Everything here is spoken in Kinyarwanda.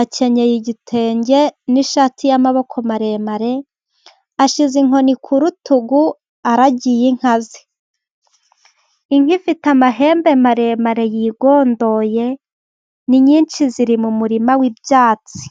akenyeye igitenge n'ishati y'amaboko maremare, ashyize inkoni ku rutugu aragiye inka ze, inka ifite amahembe maremare yigondoye, ni nyinshi ziri mu murima w'ibyatsi.